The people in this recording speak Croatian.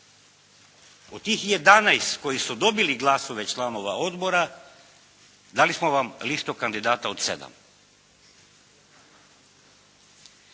Od tih jedanaest koji su dobili glasove članova odbora dali smo vam listu kandidata od